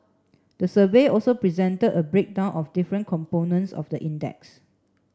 the survey also presented a breakdown of different components of the index